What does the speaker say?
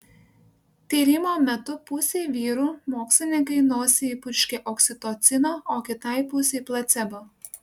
tyrimo metu pusei vyrų mokslininkai į nosį įpurškė oksitocino o kitai pusei placebo